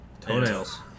Toenails